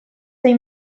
sei